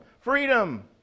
freedom